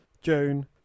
June